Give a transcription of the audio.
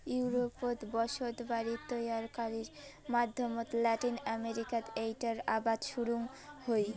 ইউরোপত বসতবাড়ি তৈয়ারকারির মাধ্যমত লাতিন আমেরিকাত এ্যাইটার আবাদ শুরুং হই